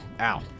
Ow